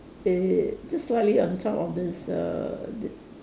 err just slightly on top of this err the